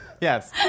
Yes